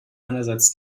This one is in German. einerseits